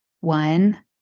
one